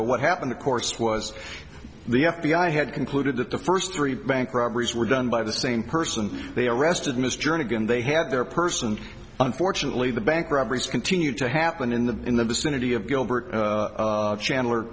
but what happened of course was the f b i had concluded that the first three bank robberies were done by the same person they arrested mr jernigan they had their person and unfortunately the bank robberies continue to happen in the in the vicinity of gilbert chandler